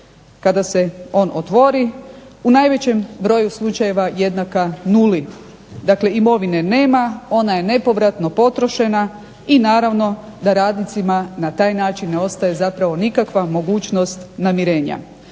kada se on otvori u najvećem broju slučajeva jednaka nuli. Dakle, imovine nema, ona je nepovratno potrošena i naravno da radnicima na taj način ne ostaje zapravo nikakva mogućnost namirenja.